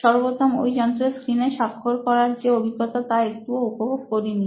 সর্বপ্রথম ওই যন্ত্রের স্ক্রিনে স্বাক্ষর করার যে অভিজ্ঞতা তা একটুও উপভোগ করি নি